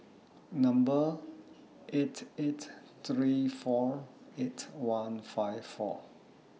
Number eight eight three four eight one five four